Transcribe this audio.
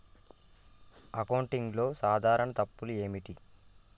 అకౌంటింగ్లో సాధారణ తప్పులు ఏమిటి?